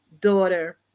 daughter